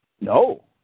No